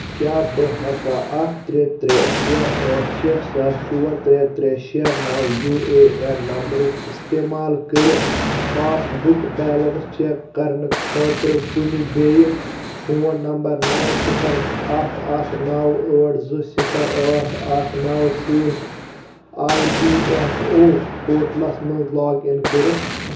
کیٛاہ بہٕ ہیٚکا اکھ ترٛےٚ ترٛےٚ ترٛےٚ شیٚے ٲٹھ شیٚے ستھ ژور ترٛےٚ ترٛےٚ شیٚے نو یو اے این نمبرُک استعمال کٔرِتھ پاس بُک بیلنس چیک کرنہٕ خٲطرٕ کُنہِ بییٚہِ فون نمبر نو صفر اکھ اکھ نو ٲٹھ زٕ صفر ٲٹھ اکھ نو سۭتۍ E P F O portals مَنٛز لاگ اِن کٔرتھ؟